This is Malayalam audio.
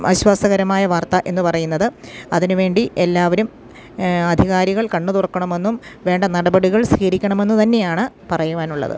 ആശ്വാസകരമായ വാർത്തയെന്ന് പറയുന്നത് അതിനുവേണ്ടി എല്ലാവരും അധികാരികൾ കണ്ണു തുറക്കണമെന്നും വേണ്ട നടപടികൾ സ്വീകരിക്കണമെന്നും തന്നെയാണ് പറയുവാനുള്ളത്